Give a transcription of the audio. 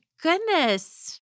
goodness